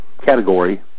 category